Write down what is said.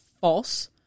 false